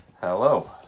Hello